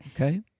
Okay